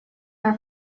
her